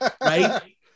right